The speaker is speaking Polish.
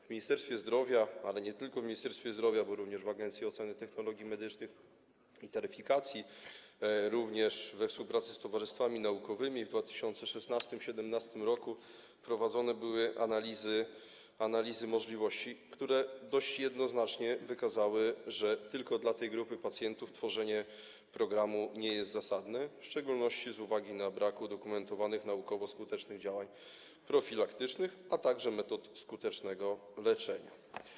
W Ministerstwie Zdrowia, ale nie tylko w Ministerstwie Zdrowia, bo również w Agencji Oceny Technologii Medycznych i Taryfikacji, również we współpracy z towarzystwami naukowymi, w 2016 r. i 2017 r. prowadzone były analizy możliwości, które dość jednoznacznie wykazały, że tworzenie programu tylko dla tej grupy pacjentów nie jest zasadne, w szczególności z uwagi na brak udokumentowanych naukowo skutecznych działań profilaktycznych, a także metod skutecznego leczenia.